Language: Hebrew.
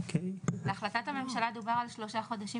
בהחלטת הממשלה דובר על שלושה חודשים